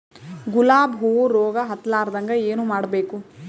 ಗುಲಾಬ್ ಹೂವು ರೋಗ ಹತ್ತಲಾರದಂಗ ಏನು ಮಾಡಬೇಕು?